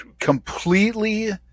completely